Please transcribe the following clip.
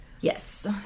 Yes